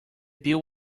bill